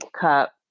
Cup